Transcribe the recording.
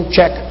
Check